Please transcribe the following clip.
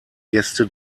gäste